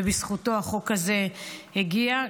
ובזכותו החוק הזה הגיע.